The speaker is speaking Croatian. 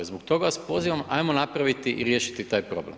Zbog toga vas pozivam, ajmo napraviti i riješiti taj problem.